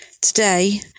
Today